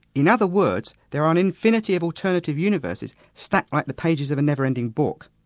in other words, there are an infinity of alternative universes stacked like the pages of a never-ending book.